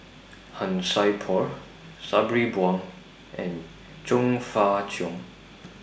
Han Sai Por Sabri Buang and Chong Fah Cheong